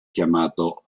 chiamato